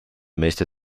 meeste